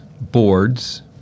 boards